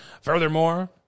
Furthermore